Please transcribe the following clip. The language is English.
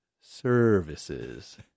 services